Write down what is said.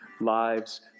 lives